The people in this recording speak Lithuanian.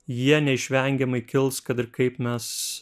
jie neišvengiamai kils kad ir kaip mes